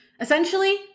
Essentially